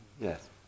Yes